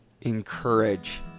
encourage